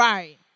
Right